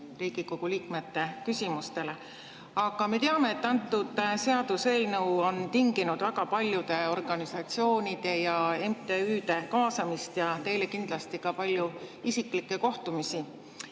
Riigikogu liikmete küsimustele! Me teame, et see seaduseelnõu on tinginud väga paljude organisatsioonide ja MTÜ-de kaasamist ja teile kindlasti palju isiklikke kohtumisi.